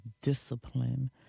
discipline